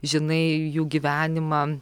žinai jų gyvenimą